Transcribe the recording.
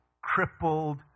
crippled